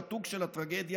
שהיא שעתוק של הטרגדיה